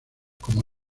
como